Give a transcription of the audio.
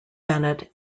bennett